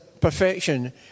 perfection